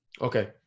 Okay